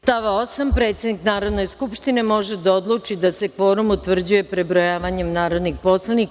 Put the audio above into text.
Stav 8. predsednik Narodne skupštine može da odluči da se kvorum utvrđuje prebrojavanjem narodnih poslanika.